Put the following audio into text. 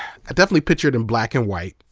definitely picture it in black and white.